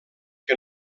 que